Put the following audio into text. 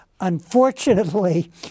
Unfortunately